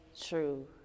true